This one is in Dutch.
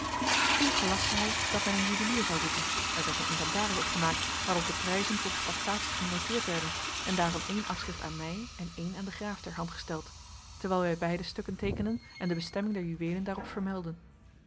toen gelastte hij dat men een juwelier zou roepen er werd een inventaris opgemaakt waarop de prijzen volgens taxatie genoteerd werden en daarvan een afschrift aan mij en een aan den graaf ter hand gesteld terwijl wij beide stukken teekenden en de bestemming der juweelen daarop vermeldden